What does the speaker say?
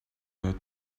had